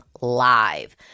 live